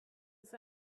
ist